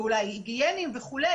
ואולי היגייניים וכו'.